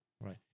right